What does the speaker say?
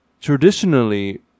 Traditionally